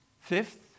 fifth